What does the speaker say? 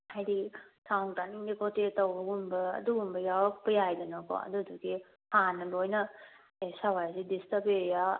ꯍꯥꯏꯕꯗꯤ ꯁꯥꯎꯟ ꯇꯥꯅꯤꯡꯗꯦ ꯈꯣꯠꯇꯦ ꯇꯧꯕꯒꯨꯝꯕ ꯑꯗꯨꯒꯨꯝꯕ ꯌꯥꯎꯔꯛꯄ ꯌꯥꯏꯗꯅꯀꯣ ꯑꯗꯨꯗꯨꯒꯤ ꯍꯥꯟꯅ ꯂꯣꯏꯅ ꯑꯦ ꯁ꯭ꯋꯥꯏꯋꯥꯏꯁꯤ ꯗꯤꯁꯇ꯭ꯔꯞ ꯑꯦꯔꯤꯌꯥ